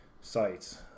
sites